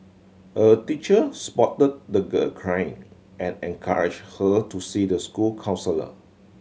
a teacher spotted the girl crying and encouraged her to see the school counsellor